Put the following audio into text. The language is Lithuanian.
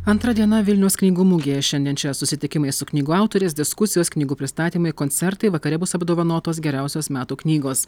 antra diena vilniaus knygų mugėje šiandien čia susitikimai su knygų autoriais diskusijos knygų pristatymai koncertai vakare bus apdovanotos geriausios metų knygos